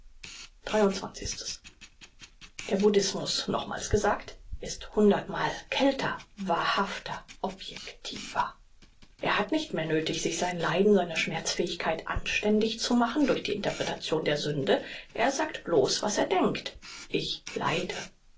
der buddhismus nochmals gesagt ist hundertmal kälter wahrhafter objektiver er hat nicht mehr nöthig sich sein leiden seine schmerzfähigkeit anständig zu machen durch die interpretation der sünde er sagt bloß was er denkt ich leide